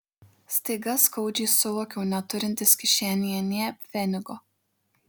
staiga skaudžiai suvokiau neturintis kišenėje nė pfenigo